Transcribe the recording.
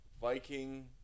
viking